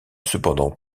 cependant